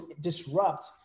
disrupt